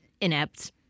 inept